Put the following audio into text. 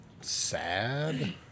sad